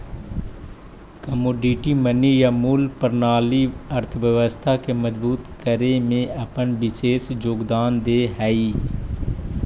commodity money या मूल्य प्रणाली अर्थव्यवस्था के मजबूत करे में अपन विशेष योगदान दे हई